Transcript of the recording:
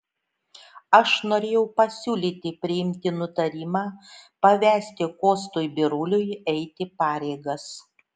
aš norėjau pasiūlyti priimti nutarimą pavesti kostui biruliui eiti pareigas